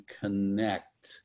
connect